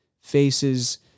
faces